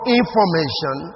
information